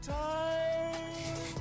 time